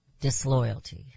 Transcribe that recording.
disloyalty